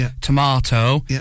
tomato